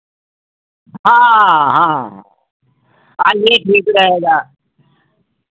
हाँ हाँ हाँ ये ठीक रहेगा